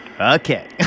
Okay